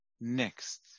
Next